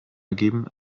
ergeben